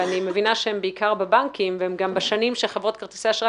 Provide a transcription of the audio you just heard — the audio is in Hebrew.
ואני מבנה שהן בעיקר בבנקים והן גם בשנים שחברות כרטיסי האשראי